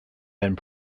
and